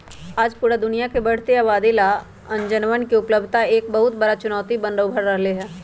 आज पूरा दुनिया के बढ़ते आबादी ला अनजवन के उपलब्धता एक बहुत बड़ा चुनौती बन कर उभर ले है